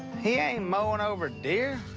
he ain't mowing over deer.